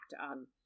on